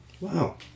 Wow